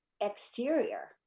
exterior